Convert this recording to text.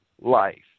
life